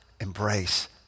embrace